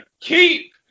keep